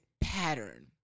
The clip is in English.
pattern